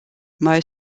mai